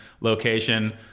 location